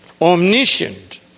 omniscient